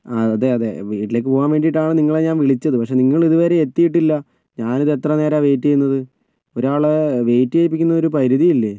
ആ അതെ അതെ വീട്ടിലേക്ക് പോകാൻ വേണ്ടിയിട്ടാണ് നിങ്ങളെ ഞാൻ വിളിച്ചത് പക്ഷെ നിങ്ങളിതുവരെ എത്തിയിട്ടില്ല ഞാനിത് എത്ര നേരമാണ് വെയിറ്റ് ചെയ്യുന്നത് ഒരാളെ വെയിറ്റ് ചെയ്യിപ്പിക്കുന്നത് ഒരു പരിധിയില്ലേ